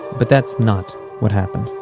but that's not what happened.